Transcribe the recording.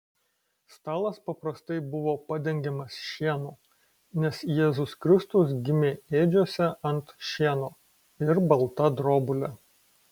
stalas paprastai buvo padengiamas šienu nes jėzus kristus gimė ėdžiose ant šieno ir balta drobule